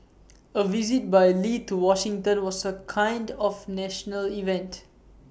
A visit by lee to Washington was A kind of national event